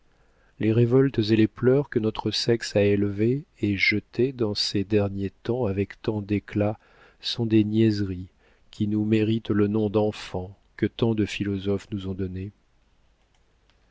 les révoltes et les pleurs que notre sexe a élevés et jetés dans ces derniers temps avec tant d'éclat sont des niaiseries qui nous méritent le nom d'enfants que tant de philosophes nous ont donné